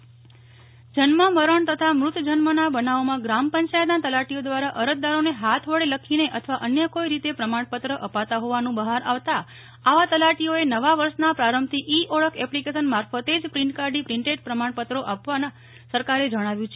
Nehal Thakkar gram panchayat e Olakh application જન્મ મરણ તથા મૃત જન્મના બનાવોમાં ગ્રામ પંચાયતના તલાટીઓ દ્વારા અરજદારોને હાથ વડે લખીને અથવા અન્ય કોઇ રીતે પ્રમાણપત્ર અપાતાં હોવાનું બહાર આવતાં આવા તલાટીઓએ નવા વર્ષના પ્રારંભથી ઇ ઓળખ એપ્લિકેશન મારફતે જ પ્રિન્ટ કાઢી પ્રિન્ટેડ પ્રમાણપત્રો આપવા સરકારે જણાવ્યું છે